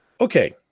Okay